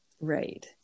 right